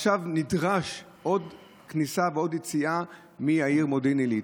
נדרשות עוד כניסה ועוד יציאה מהעיר מודיעין עילית.